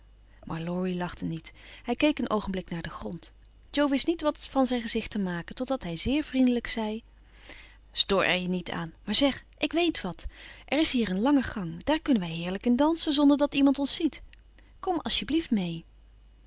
maar laurie lachte niet hij keek een oogenblik naar den grond jo wist niet wat van zijn gezicht te maken totdat hij zeer vriendelijk zei stoor er je niet aan maar zeg ik weet wat er is hier een lange gang daar kunnen wij heerlijk in dansen zonder dat iemand ons ziet kom als